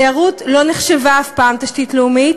תיירות לא נחשבה אף פעם תשתית לאומית,